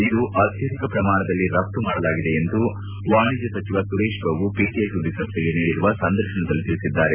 ಇದು ಅತ್ಲಧಿಕ ಪ್ರಮಾಣದಲ್ಲಿ ರಘ್ತು ಮಾಡಲಾಗಿದೆ ಎಂದು ವಾಣಿಜ್ಞ ಸಚಿವ ಸುರೇಶ್ ಪ್ರಭು ಪಿಟಿಐ ಸುದ್ದಿ ಸಂಸ್ಟೆಗೆ ನೀಡಿರುವ ಸಂದರ್ಶನದಲ್ಲಿ ತಿಳಿಸಿದ್ದಾರೆ